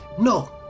no